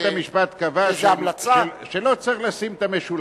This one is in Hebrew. בית-המשפט קבע שלא צריך לשים את המשולש,